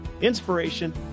inspiration